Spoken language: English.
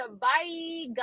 bye